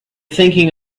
thinking